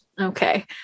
Okay